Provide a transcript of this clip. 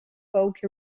poke